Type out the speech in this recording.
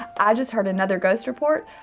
i just heard another ghost report.